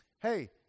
hey